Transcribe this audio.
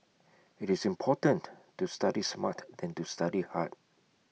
IT is important to study smart than to study hard